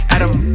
Adam